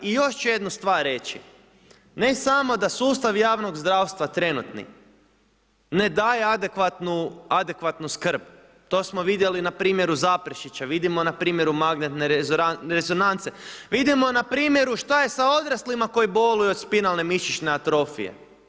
I još ću jednu stvar reći, ne samo da sustav javnog zdravstva trenutni ne daje adekvatnu skrb, to smo vidjeli na primjeru Zaprešića, vidimo na primjeru magnetne rezonance, vidimo na primjeru šta je sa odraslima koji boluju od spinalne mišićne atrofije.